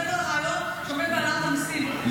זה הרעיון שעומד בהעלאת המיסים.